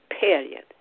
period